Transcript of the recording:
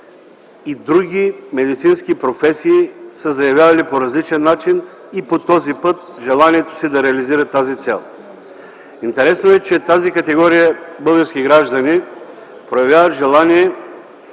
и други медицински професии са заявявали по различен начин и по този път желанието си да реализират тази цел. Интересно е, че тази категория български граждани проявяват желание